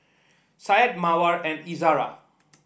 Said Mawar and Izzara